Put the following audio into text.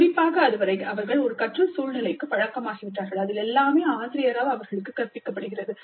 குறிப்பாக அதுவரை அவர்கள் ஒரு கற்றல் சூழ்நிலைக்கு பழக்கமாகிவிட்டார்கள் அதில் எல்லாமே ஆசிரியரால் அவர்களுக்கு கற்பிக்கப்படுகிறது